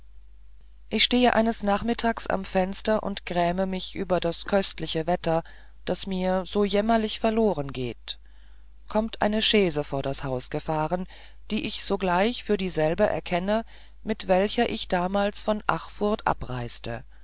ich stehe eines nachmittags am fenster und gräme mich über das köstliche wetter das mir so jämmerlich verlorengeht kommt eine chaise vor das haus gefahren die ich sogleich für dieselbe erkenne mit welcher ich damals von achfurth abreiste